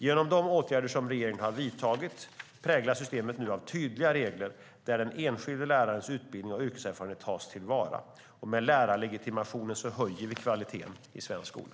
Genom de åtgärder som regeringen har vidtagit präglas systemet nu av tydliga regler där den enskilda lärarens utbildning och yrkeserfarenhet tas till vara. Med lärarlegitimationen höjer vi kvaliteten i svensk skola.